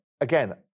Again